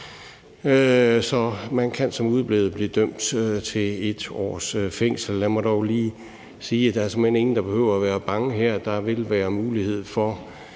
Så man kan som udeblevet blive dømt til 1 års fængsel. Lad mig dog lige sige, at der såmænd ikke er nogen, der behøver at være bange her. Der vil være mulighed for